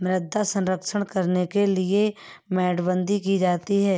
मृदा संरक्षण करने के लिए मेड़बंदी की जाती है